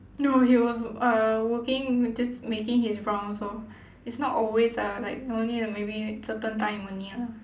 no he was uh working just making his rounds lor is not always ah like only maybe certain time only ah